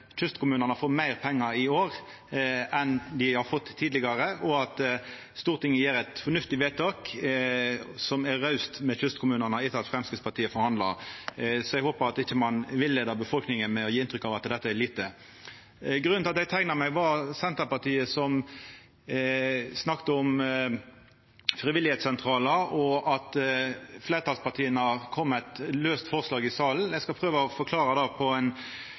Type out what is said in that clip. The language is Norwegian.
kystkommunane får meir pengar i år enn dei har fått tidlegare, og at Stortinget gjer eit fornuftig vedtak som er raust med kystkommunane, etter at Framstegspartiet forhandla. Eg håpar at ein ikkje villeier befolkninga ved å gje inntrykk av at dette er lite. Grunnen til at eg teikna meg, var Senterpartiet som snakka om frivilligsentralar og at fleirtalspartia har kome med eit laust forslag i salen. Eg skal prøva å forklara kvifor me gjorde det.